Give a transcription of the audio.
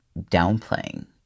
downplaying